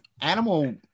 Animal